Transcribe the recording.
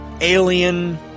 alien